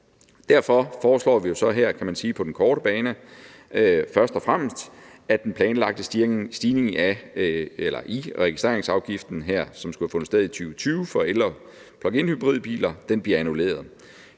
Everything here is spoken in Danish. Derfor foreslår vi jo så her på den korte bane, kan man sige, først og fremmest, at den planlagte stigning i registreringsafgiften, som skulle have fundet sted i 2020, for el- og pluginhybridbiler bliver annulleret.